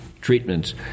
treatments